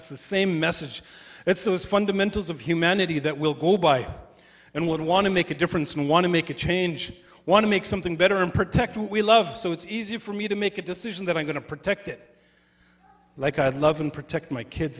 it's the same message it's those fundamentals of humanity that will go by and want to make a difference and want to make a change want to make something better and protect what we love so it's easy for me to make a decision that i'm going to protect it like i love and protect my kids